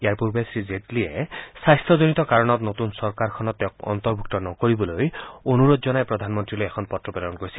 ইয়াৰ পূৰ্বে শ্ৰীজেটলীয়ে স্বাস্থ্যজনিত কাৰণত নতুন চৰকাৰখনত তেওঁক অন্তৰ্ভুক্ত নকৰিবলৈ অনুৰোধ জনাই প্ৰধানমন্ত্ৰীলৈ এখন পত্ৰ প্ৰেৰণ কৰিছিল